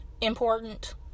important